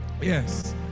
Yes